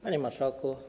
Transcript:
Panie Marszałku!